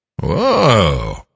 Whoa